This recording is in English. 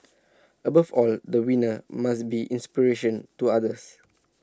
above all the winner must be inspiration to others